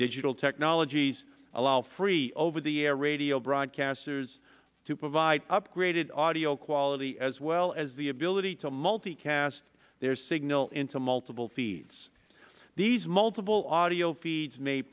digital technologies allow free over the air radio broadcasters to provide upgraded audio quality as well as the ability to multicast their signal into multiple feeds these multiple audio feeds may